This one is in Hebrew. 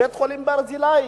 בית-חולים "ברזילי"